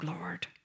Lord